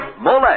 Mole